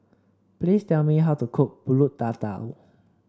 please tell me how to cook pulut Tatal